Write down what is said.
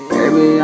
Baby